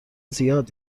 زیاد